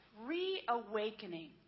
reawakening